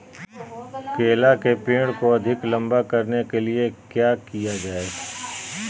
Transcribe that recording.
केला के पेड़ को अधिक लंबा करने के लिए किया किया जाए?